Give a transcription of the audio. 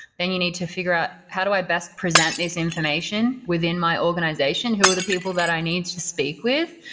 then you need to figure out how do i best present this information within my organization? who are the people that i need to speak with?